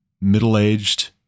middle-aged